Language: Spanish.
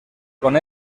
con